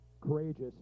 courageous